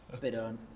pero